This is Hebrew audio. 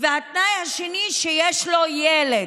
והתנאי השני הוא שיש לו ילד.